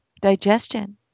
digestion